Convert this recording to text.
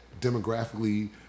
demographically